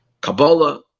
Kabbalah